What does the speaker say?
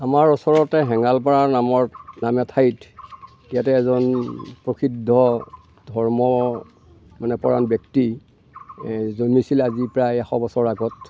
আমাৰ ওচৰতে হেঙালপাৰা নামৰ মানে ঠাইত ইয়াতে এজন প্ৰসিদ্ধ ধৰ্মপ্ৰাণ ব্যক্তি এই জন্মিছিলে আজি প্ৰায় এশ বছৰ আগত